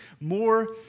more